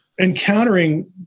encountering